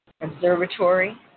observatory